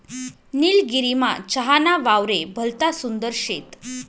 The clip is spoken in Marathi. निलगिरीमा चहा ना वावरे भलता सुंदर शेत